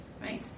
right